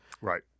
Right